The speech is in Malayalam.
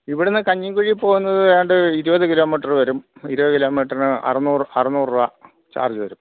ഇവിടുന്ന് കഞ്ഞിക്കുഴി പോകുന്നത് ഏതാണ്ട് ഇരുപത് കിലോമീറ്ററ് വരും ഇരുപത് കിലോമീറ്ററിന് അറുന്നൂറ് അറുന്നൂറ് രൂപ ചാർജ് വരും